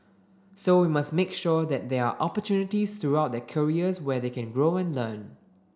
so we must make sure that there are opportunities throughout their careers where they can grow and learn